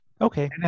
Okay